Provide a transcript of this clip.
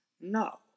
No